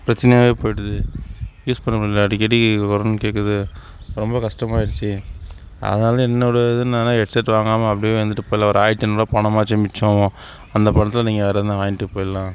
பிரச்சனையாகவே போய்டுது யூஸ் பண்ணமுடில அடிக்கடி கொரக்கொரனு கேட்குது ரொம்ப கஷ்டமாக ஆகிடுச்சி அதனால என்னோட இது என்னன்னா ஹெட் செட் வாங்காமல் அப்படியே வந்துட்டு போயிடலாம் ஒரு ஆயிரத்தி ஐநூறுபா பணமாச்சும் மிச்சம் அந்த பணத்தில் நீங்கள் வேற எதனால் வாங்கிட்டு போயிடலாம்